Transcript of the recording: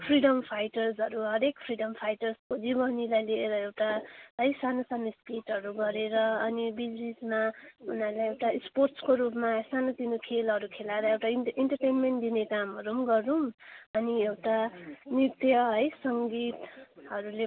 freedom फाइटर्सहरू हरेक freedom फाइटर्सको जीवनीलाई लिएर एउटा है सानो सानो स्पिचहरू गरेर अनि बिच बिचमा उनीहरूलाई एउटा स्पोर्ट्सको रूपमा सानोतिनो खेलहरू खेलाएर एउटा इन्टरटेनमेन्ट दिने कामहरू पनि गरौँ अनि एउटा नृत्य है सङ्गीतहरूले